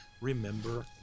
remember